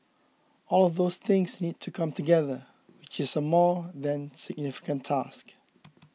all of those things need to come together which is a more than significant task